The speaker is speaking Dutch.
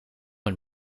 het